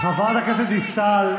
אתה הדרת את כל המזרחים.